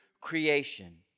creation